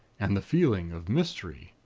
and the feeling of mystery!